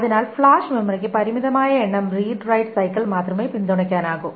അതിനാൽ ഫ്ലാഷ് മെമ്മറിക്ക് പരിമിതമായ എണ്ണം റീഡ് റൈറ്റ് സൈക്കിൾ മാത്രമേ പിന്തുണയ്ക്കാനാകൂ